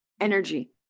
energy